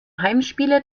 heimspiele